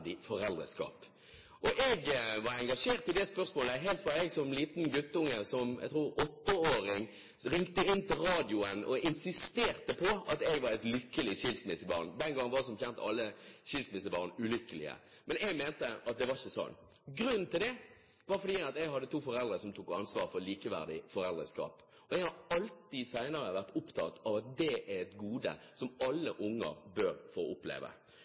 Jeg har vært engasjert i det spørsmålet helt fra jeg som liten guttunge – som åtteåring tror jeg – ringte inn til radioen og insisterte på at jeg var et lykkelig skilsmissebarn. Den gangen var som kjent alle skilsmissebarn ulykkelige. Jeg mente at det ikke var sånn, og grunnen var at jeg hadde to foreldre som tok ansvar for likeverdig foreldreskap. Jeg har alltid senere vært opptatt av at det er et gode som alle unger bør få oppleve.